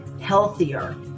healthier